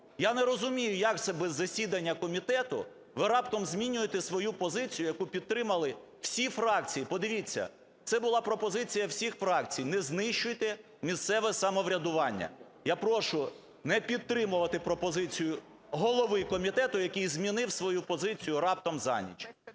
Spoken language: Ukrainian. Я не розумію, як це без засідання комітету ви раптом змінюєте свою позицію, яку підтримали всі фракції. Подивіться, це була пропозиція всіх фракцій. Не знищуйте місцеве самоврядування. Я прошу не підтримувати пропозицію голови комітету, який змінив свою позицію раптом за ніч.